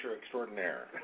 extraordinaire